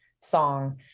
song